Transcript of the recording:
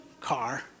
car